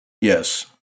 Yes